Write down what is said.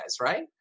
right